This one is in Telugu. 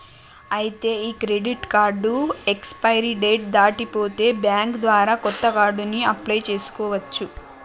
ఐతే ఈ క్రెడిట్ కార్డు ఎక్స్పిరీ డేట్ దాటి పోతే బ్యాంక్ ద్వారా కొత్త కార్డుని అప్లయ్ చేసుకోవచ్చు